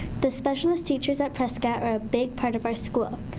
the specialist teachers at prescott are a big part of our school.